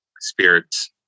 spirits